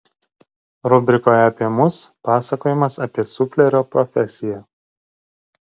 rubrikoje apie mus pasakojimas apie suflerio profesiją